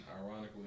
ironically